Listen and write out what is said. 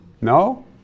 No